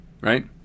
right